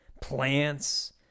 plants